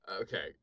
Okay